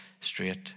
straight